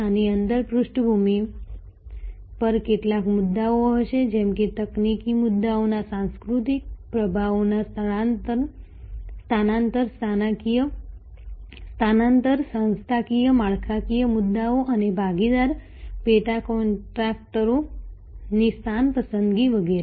આની અંદર પૃષ્ઠભૂમિ પર કેટલાક મુદ્દાઓ હશે જેમ કે તકનીકી મુદ્દાઓના સાંસ્કૃતિક પ્રભાવોના સ્થાનાંતરણ સંસ્થાકીય માળખાકીય મુદ્દાઓ અને ભાગીદાર પેટા કોન્ટ્રાક્ટરોની સ્થાન પસંદગી વગેરે